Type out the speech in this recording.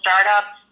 startups